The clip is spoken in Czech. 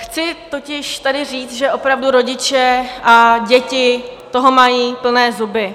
Chci totiž tady říct, že opravdu rodiče a děti toho mají plné zuby.